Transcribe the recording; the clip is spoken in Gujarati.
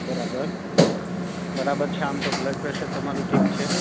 બરાબર બરાબર છે આમ તો બ્લડ પ્રેશર તમારું ઠીક છે